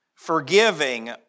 forgiving